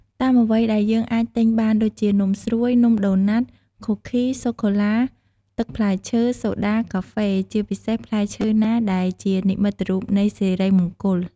តាមអ្វីដែលយើងអាចទិញបានដូចជា នំស្រួយ នំដូណាត់ ខូឃី សូកូឡា ទឹកផ្លែឈើ សូដា កាហ្វេ ជាពិសេសផ្លែឈើណាដែលជានិមិត្តរូបនៃសិរីមង្គល។